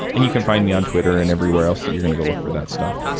and you can find me on twitter and everywhere else that you're going to go look for that stuff.